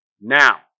now